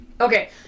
Okay